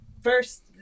First